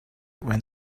when